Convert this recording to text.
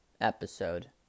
episode